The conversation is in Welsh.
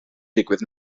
digwydd